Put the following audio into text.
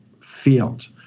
field